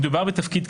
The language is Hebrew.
מדובר בתפקיד כפול,